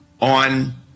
On